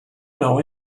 know